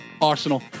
Arsenal